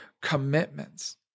commitments